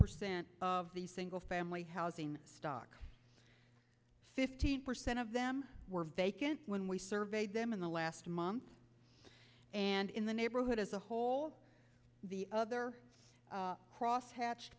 percent of the single family housing stock fifteen percent of them were vacant when we surveyed them in the last month and in the neighborhood as a whole the other crosshatch